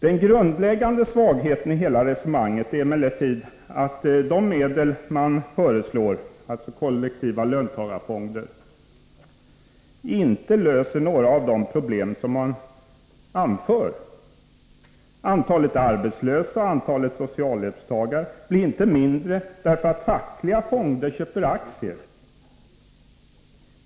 Den grundläggande svagheten i hela resonemanget är emellertid att de medel man föreslår — alltså kollektiva löntagarfonder — inte löser några av de problem som man anför. Antalet arbetslösa och antalet socialhjälpstagare blir inte mindre därför att fackliga fonder köper aktier.